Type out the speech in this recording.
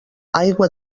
aigua